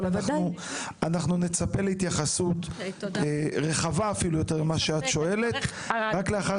אבל אנחנו נצפה להתייחסות רחבה יותר רק לאחר